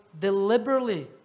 deliberately